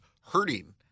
hurting